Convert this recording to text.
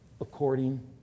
according